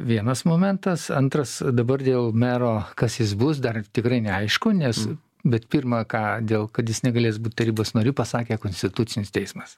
vienas momentas antras dabar dėl mero kas jis bus dar tikrai neaišku nes bet pirma ką dėl kad jis negalės būt tarybos nariu pasakė konstitucinis teismas